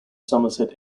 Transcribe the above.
somerset